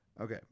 Okay